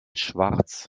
schwarz